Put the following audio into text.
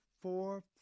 four